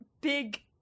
big